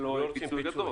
לפיצוי.